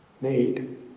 need